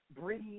breathe